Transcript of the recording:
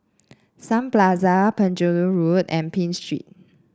Sun Plaza Penjuru Road and Pitt Street